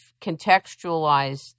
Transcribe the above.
contextualized